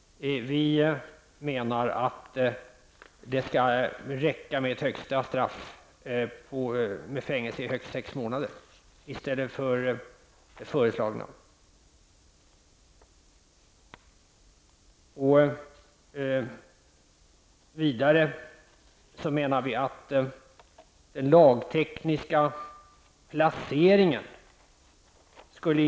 Vi menar att det skall räcka med ett extra straff med fängelse i högst sex månader i stället för det föreslagna. Vidare vill vi ändra den lagtekniska placeringen.